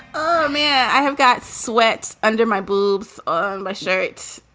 um yeah i have got sweat under my boobs on my shirts.